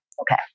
Okay